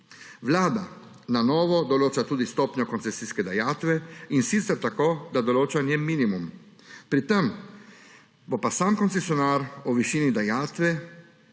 Vlada na novo določa tudi stopnjo koncesijske dajatve, in sicer tako, da določa njen minimum, pri tem bo pa sam koncesionar o višini dejanske